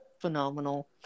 Phenomenal